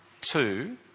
two